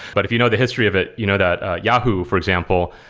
but if you know the history of it, you know that yahoo, for example,